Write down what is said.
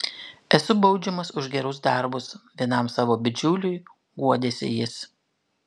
esu baudžiamas už gerus darbus vienam savo bičiuliui guodėsi jis